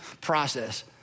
process